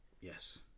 Yes